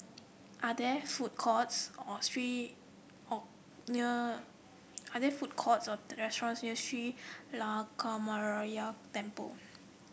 are there food courts or street or near are there food courts or restaurants near Sri Lankaramaya Temple